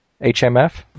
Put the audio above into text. HMF